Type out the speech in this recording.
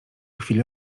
chwili